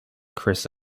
chris